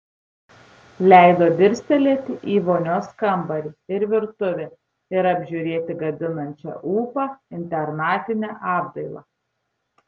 leido dirstelėti į vonios kambarį ir virtuvę ir apžiūrėti gadinančią ūpą internatinę apdailą